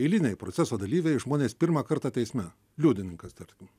eiliniai proceso dalyviai žmonės pirmą kartą teisme liudininkas tarkim